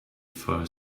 for